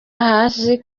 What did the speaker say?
hasi